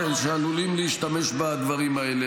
כן שעלולים להשתמש בדברים האלה.